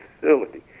facility